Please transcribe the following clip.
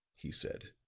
he said,